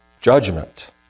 judgment